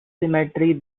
cemetery